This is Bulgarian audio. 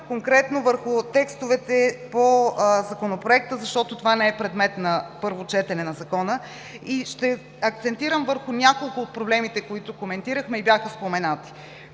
конкретно върху текстовете по Законопроекта, защото това не е предмет на първо четене на Закона. Ще акцентирам върху няколко от проблемите, които коментирахме и бяха споменати.